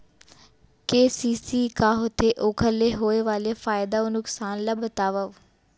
KCC का होथे, ओखर ले होय वाले फायदा अऊ नुकसान ला बतावव?